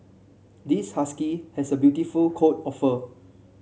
this husky has a beautiful coat of fur